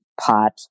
pot